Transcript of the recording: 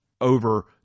over